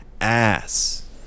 ass